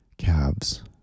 calves